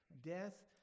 death